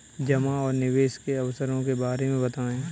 जमा और निवेश के अवसरों के बारे में बताएँ?